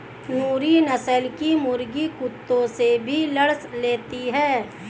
नूरी नस्ल की मुर्गी कुत्तों से भी लड़ लेती है